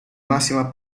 massima